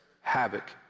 havoc